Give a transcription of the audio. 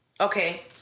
Okay